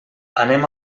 anem